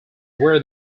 where